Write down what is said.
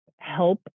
help